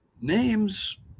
names